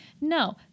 no